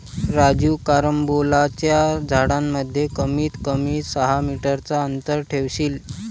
राजू कारंबोलाच्या झाडांमध्ये कमीत कमी सहा मीटर चा अंतर ठेवशील